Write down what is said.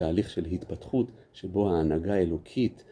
תהליך של התפתחות שבו ההנהגה האלוקית